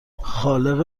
خالق